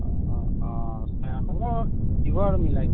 অঁ অঁ অঁ আচ্চা হ'ব দিব আৰু মিলাই